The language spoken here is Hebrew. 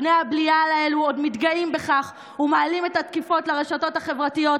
בני הבלייעל האלו עוד מתגאים בכך ומעלים את התקיפות לרשתות החברתיות,